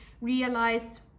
realize